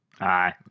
Aye